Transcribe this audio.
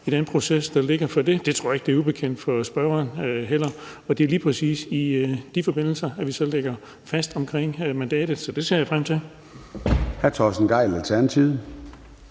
i den proces, der ligger for det. Det tror jeg heller ikke er ubekendt for spørgeren. Det er lige præcis i den forbindelse, at vi lægger os fast på mandatet, så det ser jeg frem til. Kl. 16:23 Formanden